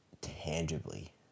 tangibly